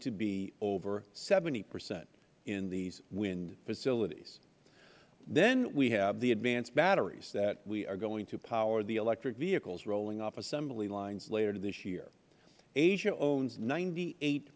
to be over seventy percent in these wind facilities then we have the advanced batteries that are going to power the electric vehicles rolling off assembly lines later this year asia owns ninety eight